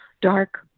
dark